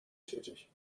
tätig